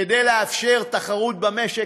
כדי לאפשר תחרות במשק,